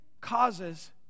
causes